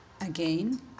again